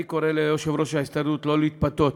אני קורא ליושב-ראש ההסתדרות לא להתפתות